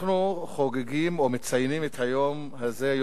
אנחנו חוגגים או מציינים את היום הזה,